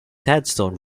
headstone